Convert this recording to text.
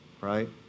right